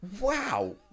wow